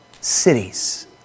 cities